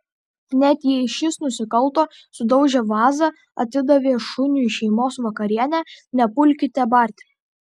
net jei šis nusikalto sudaužė vazą atidavė šuniui šeimos vakarienę nepulkite barti